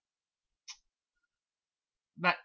but